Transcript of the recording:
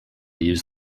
use